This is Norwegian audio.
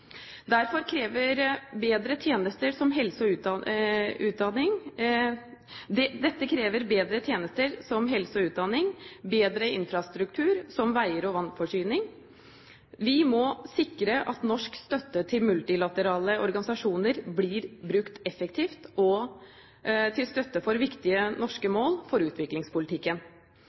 krever bedre tjenester som helse og utdanning og bedre infrastruktur som veier og vannforsyning. Vi må sikre at norsk støtte til multilaterale organisasjoner blir brukt effektivt og til støtte for viktige norske mål for utviklingspolitikken.